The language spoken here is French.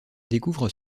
découvrent